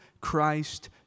Christ